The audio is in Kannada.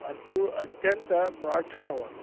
ಅದು ಅತ್ಯಂತ ಪ್ರಾಚೀನವಾದದ್ದು